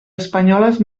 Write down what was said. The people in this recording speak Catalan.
espanyoles